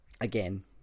Again